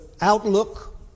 outlook